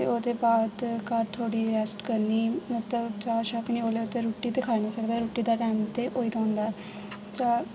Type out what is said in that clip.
ओह्दे बाद घर थोह्ड़ी रेस्ट करनी मतलब चाह् शाह् पीनी ओल्लै तक रुट्टी ते खाई नि सकदे रुट्टी दा टैम ते होए दा होंदा चाह्